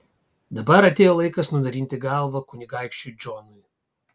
dabar atėjo laikas nunarinti galvą kunigaikščiui džonui